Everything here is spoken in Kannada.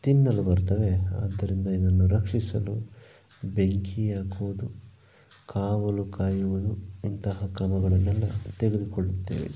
ತಿನ್ನಲು ಬರ್ತವೆ ಆದ್ದರಿಂದ ಇದನ್ನು ರಕ್ಷಿಸಲು ಬೆಂಕಿಯ ಕೋಲು ಕಾವಲು ಕಾಯುವುದು ಇಂತಹ ಕ್ರಮಗಳನ್ನೆಲ್ಲ ತೆಗೆದುಕೊಳ್ಳುತ್ತೇವೆ